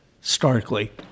starkly